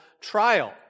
trial